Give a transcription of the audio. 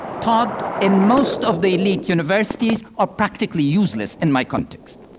taught in most of the elite universities are practically useless in my context.